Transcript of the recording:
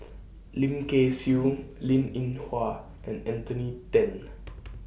Lim Kay Siu Linn in Hua and Anthony Then